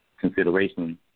consideration